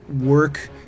work